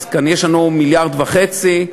אז יש לנו כאן 1.5 מיליארד.